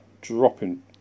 dropping